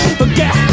forget